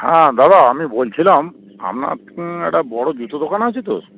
হ্যাঁ দাদা আমি বলছিলাম আপনার একটা বড়ো জুতো দোকান আছে তো